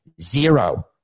zero